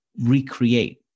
recreate